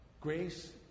grace